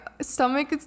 stomach